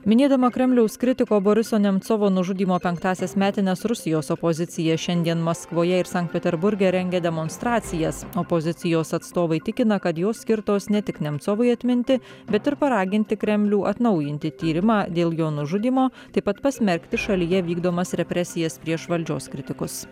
minėdama kremliaus kritiko boriso nemcovo nužudymo penktąsias metines rusijos opozicija šiandien maskvoje ir sankt peterburge rengia demonstracijas opozicijos atstovai tikina kad jos skirtos ne tik nemcovui atminti bet ir paraginti kremlių atnaujinti tyrimą dėl jo nužudymo taip pat pasmerkti šalyje vykdomas represijas prieš valdžios kritikus